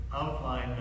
outline